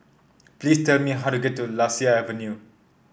please tell me how to get to Lasia Avenue